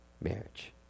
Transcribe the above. marriage